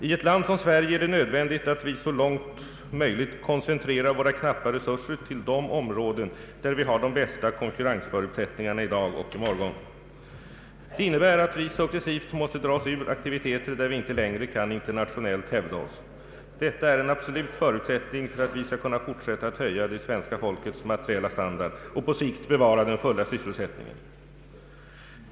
I ett land som Sverige är det nödvändigt att vi så långt möjligt koncentrerar våra knappa resurser till de områden där vi har de bästa konkurrensförutsättningarna i dag och i morgon. Det innebär alt vi successivt måste dra oss ur aktiviteter där vi inte längre kan internationellt hävda oss. Detta är en absolut förutsättning för att vi skall kunna fortsätta att höja det svenska folkets materiella standard och på sikt bevara den fulla sysselsättningen.